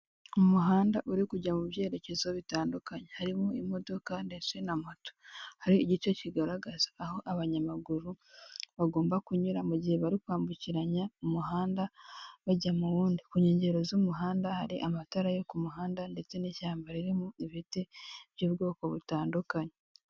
Umuhanda uri kujya mu byerekezo bitandukanye harimo imodoka ndetse na moto hari igice kigaragaza aho abanyamaguru bagomba kunyura mu gihe bari kwambukiranya umuhanda bajya mu wundi ku nkengero z'umuhanda hari amatara yo ku muhanda ndetse n'ishyamba ririmo ibiti by'ubwoko butandukanye .